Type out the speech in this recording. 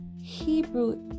Hebrew